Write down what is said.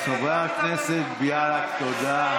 חבר הכנסת בליאק, תודה.